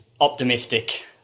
optimistic